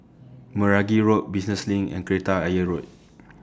Meragi Road Business LINK and Kreta Ayer Road